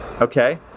okay